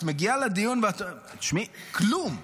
את מגיעה לדיון, תשמעי, כלום.